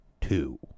Two